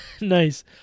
Nice